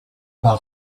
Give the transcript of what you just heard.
par